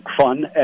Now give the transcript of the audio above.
fun